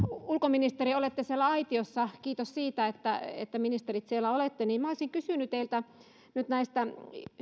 ulkoministeri kun olette siellä aitiossa kiitos siitä että te ministerit siellä olette niin minä olisin kysynyt teiltä nyt näistä